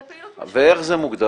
זו פעילות --- אבל זה לא מוגדר